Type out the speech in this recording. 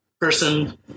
person